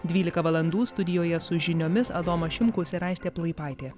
dvylika valandų studijoje su žiniomis adomas šimkus ir aistė plaipaitė